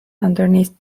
underneath